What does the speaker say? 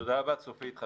תודה רבה, צופית.